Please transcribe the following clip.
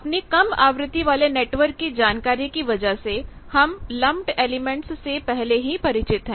अपनी कम आवृत्ति वाले नेटवर्क की जानकारी की वजह से हम लम्पड एलिमेंट्स से पहले ही परिचित हैं